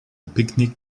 picnic